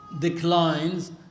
declines